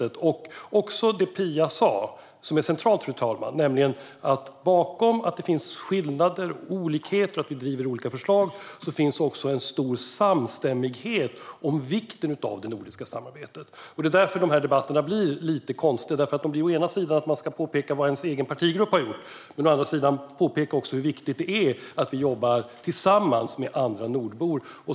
Det handlar också om det som Phia sa och som är centralt, fru talman, nämligen att bakom att det finns skillnader och olikheter och att vi driver olika förslag finns också en stor samstämmighet om vikten av det nordiska samarbetet. Det är därför debatterna blir lite konstiga. Å ena sidan ska man påpeka vad ens egen partigrupp har gjort, å andra sidan ska man påpeka hur viktigt det är att vi jobbar tillsammans med andra nordbor.